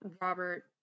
Robert